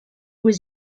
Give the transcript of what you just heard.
was